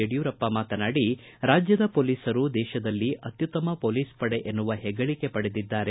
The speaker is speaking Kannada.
ಯಡಿಯೂರಪ್ಪ ಮಾತನಾಡಿ ರಾಜ್ಯದ ಪೊಲೀಸರು ದೇಶದಲ್ಲಿ ಅತ್ಯುತ್ತಮ ಪೊಲೀಸ್ ಪಡೆ ಎನ್ನುವ ಹೆಗ್ಗಳಕೆ ಪಡೆದಿದ್ದಾರೆ